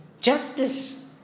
Justice